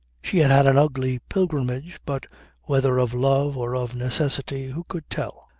she had had an ugly pilgrimage but whether of love or of necessity who could tell?